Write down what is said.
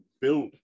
build